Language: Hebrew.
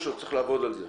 או שצריך עוד לעבוד על זה?